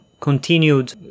Continued